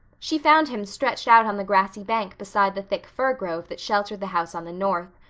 she found him stretched out on the grassy bank beside the thick fir grove that sheltered the house on the north,